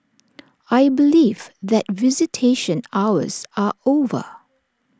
I believe that visitation hours are over